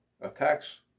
Attacks